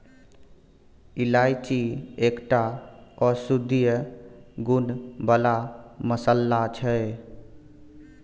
इलायची एकटा औषधीय गुण बला मसल्ला छै